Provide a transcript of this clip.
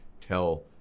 tell